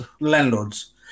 landlords